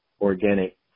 organic